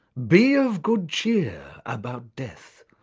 be of good cheer about death,